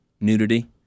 nudity